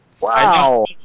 Wow